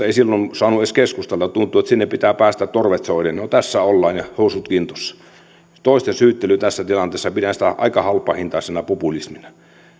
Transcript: ei silloin saanut edes keskustella tuntui että sinne pitää päästä torvet soiden no tässä ollaan ja housut kintuissa toisten syyttelyä tässä tilanteessa pidän aika halpahintaisena populismina